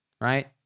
right